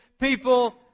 people